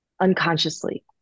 unconsciously